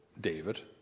david